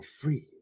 free